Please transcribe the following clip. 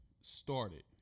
started